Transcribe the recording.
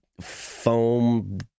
foam